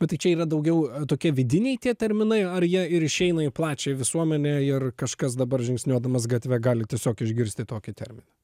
bet tai čia yra daugiau tokie vidiniai tie terminai ar jie ir išeina į plačiąją visuomenę ir kažkas dabar žingsniuodamas gatve gali tiesiog išgirsti tokį terminą